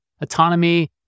autonomy